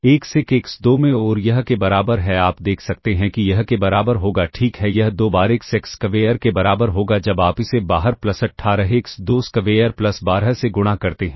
x 1 x 2 में और यह के बराबर है आप देख सकते हैं कि यह के बराबर होगा ठीक है यह दो बार एक्स 1 स्क्वेयर के बराबर होगा जब आप इसे बाहर प्लस 18 एक्स 2 स्क्वेयर प्लस 12 से गुणा करते हैं